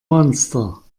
monster